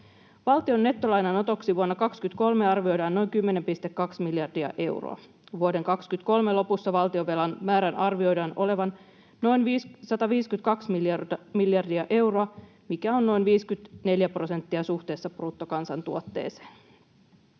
Valtion nettolainanotoksi vuonna 23 arvioidaan noin 10,2 miljardia euroa. Vuoden 23 lopussa valtionvelan määrän arvioidaan olevan noin 152 miljardia euroa, mikä on noin 54 prosenttia suhteessa bruttokansantuotteeseen.